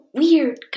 weird